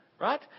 Right